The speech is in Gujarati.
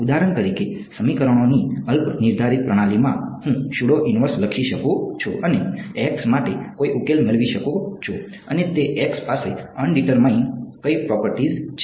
ઉદાહરણ તરીકે સમીકરણોની અલ્પનિર્ધારિત પ્રણાલીમાં હું સ્યુડો ઇનવર્સ લખી શકું છું અને X માટે કોઈ ઉકેલ મેળવી શકું છું અને તે X પાસે અનડીટરમાઈન કઈ પ્રોપર્ટીસ છે